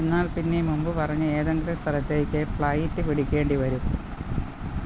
എന്നാൽ പിന്നെ മുമ്പ് പറഞ്ഞ ഏതെങ്കിലും സ്ഥലത്തേക്ക് ഫ്ലൈറ്റ് പിടിക്കേണ്ടി വരും